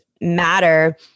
matter